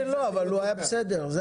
יש